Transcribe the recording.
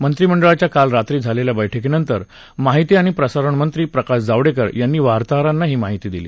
मंत्रिमंडळाच्या काल रात्री झालेल्या बैठकीनंतर माहिती आणि प्रसारण मंत्री प्रकाश जावडेकर यांनी वार्ताहरांना ही माहिती दिली